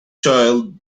child